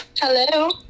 Hello